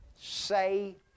say